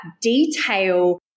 detail